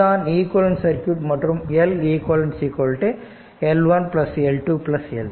இதுதான் ஈக்விவலெண்ட்சர்க்யூட் மற்றும் L eq L 1 L 2 L 3